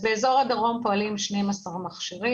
באזור הדרום פועלים 12 מכשירים,